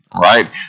right